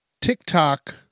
TikTok